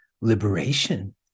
liberation